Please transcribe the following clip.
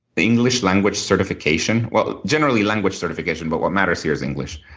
english language certification. well, generally language certification but what matters here is english.